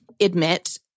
admit